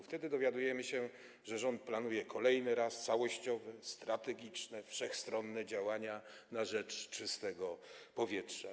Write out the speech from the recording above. Wtedy dowiadujemy się, że rząd planuje kolejny raz całościowe, strategiczne, wszechstronne działania na rzecz czystego powietrza.